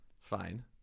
Fine